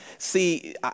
See